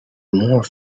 more